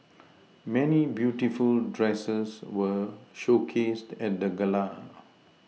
many beautiful dresses were showcased at the gala